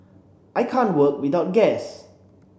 I can't work without gas